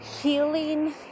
healing